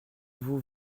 vous